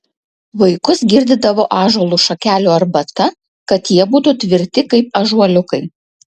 vaikus girdydavo ąžuolo šakelių arbata kad jie būtų tvirti kaip ąžuoliukai